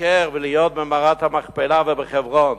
לבקר ולהיות במערת המכפלה ובחברון.